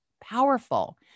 powerful